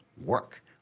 work